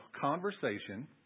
conversation